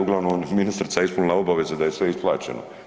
Uglavnom ministrica je ispunila obavezu da je sve isplaćeno.